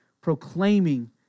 proclaiming